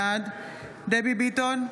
בעד דבי ביטון,